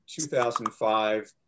2005